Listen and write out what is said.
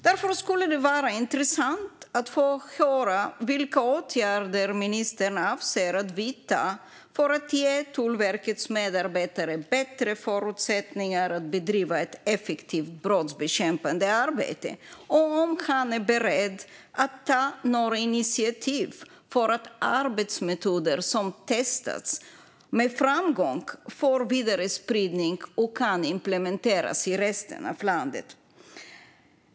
Därför skulle det vara intressant att få höra vilka åtgärder ministern avser att vidta för att ge Tullverkets medarbetare bättre förutsättningar att bedriva ett effektivt, brottsbekämpande arbete och om han är beredd att ta några initiativ för att arbetsmetoder som testats med framgång ska kunna få vidare spridning och implementeras i resten av landet.